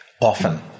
often